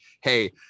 hey